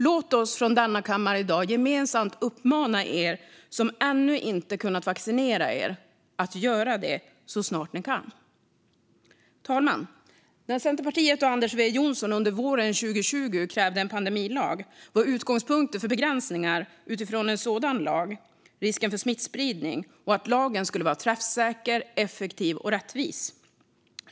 Låt oss från denna kammare i dag gemensamt uppmana er som ännu inte kunnat vaccinera er att göra det så snart ni kan! Fru talman! När Centerpartiet och Anders W Jonsson under våren 2020 krävde en pandemilag var utgångspunkten för begränsningar utifrån en sådan lag risken för smittspridning och att lagen skulle vara träffsäker, effektiv och rättvis.